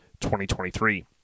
2023